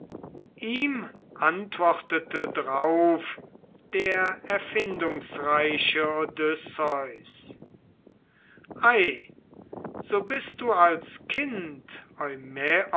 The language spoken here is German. ihm antwortete drauf der erfindungsreiche odysseus ei so bist du als kind